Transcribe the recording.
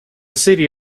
city